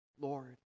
Lord